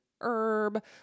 herb